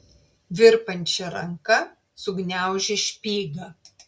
virpančia ranka sugniaužė špygą